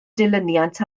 dilyniant